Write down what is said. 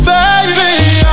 Baby